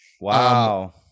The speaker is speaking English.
Wow